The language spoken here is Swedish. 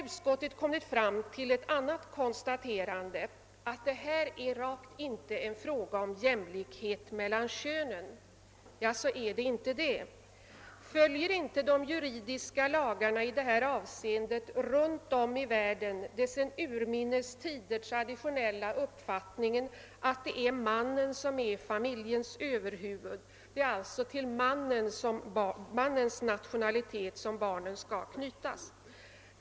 Utskottet har kommit fram till ett annat konstaterande, nämligen att det rakt inte är en fråga om jämlikhet mellan könen det här gäller. Jaså, inte det? Följer inte de juridiska lagarna i detta avseende runt om i världen den sedan urminnes tider traditionella uppfattningen att det är mannen som är familjens överhuvud? Det är alltså till mannens nationalitet som barnets skall knytas.